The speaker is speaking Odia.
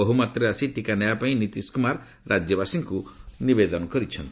ବହ୍ରମାତ୍ରାରେ ଆସି ଟିକା ନେବା ପାଇଁ ନୀତିଶକ୍ତମାର ରାଜ୍ୟବାସୀଙ୍କୁ ନିବେଦନ କରିଛନ୍ତି